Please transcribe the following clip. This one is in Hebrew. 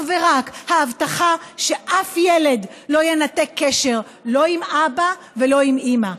ורק ההבטחה שאף ילד לא ינתק קשר לא עם אבא ולא עם אימא.